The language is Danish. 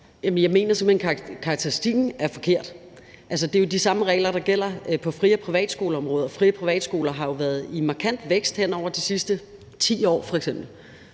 hen, at karakteristikken er forkert. Det er de samme regler, der gælder på fri- og privatskoleområdet, og fri- og privatskoler har jo været i markant vækst f.eks. hen over de sidste 10 år.